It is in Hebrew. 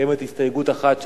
קיימת הסתייגות אחת,